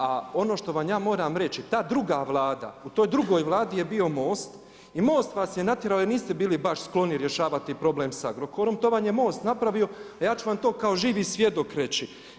A ono što vam ja moram reći, ta druga Vlada, u toj drugoj Vladi je MOST, i MOST vam je natjerao jer niste bili baš skloni rješavati problem s Agrokorom, to vam je MOST napravio a ja ću vam to kao živi svjedok reći.